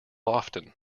often